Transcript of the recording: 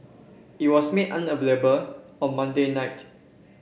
it was made unavailable on Monday night